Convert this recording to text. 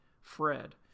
fred